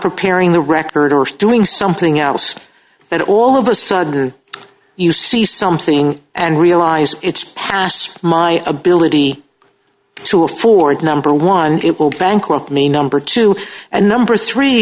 preparing the record or doing something else and all of a sudden you see something and realize it's past my ability to afford number one it will bankrupt me number two and number three